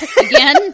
again